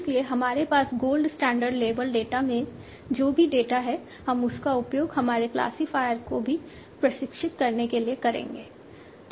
इसलिए हमारे पास गोल्ड स्टैंडर्ड लेबल डेटा में जो भी डेटा है हम उसका उपयोग हमारे क्लासिफायर को भी प्रशिक्षित करने के लिए करेंगे